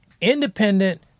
independent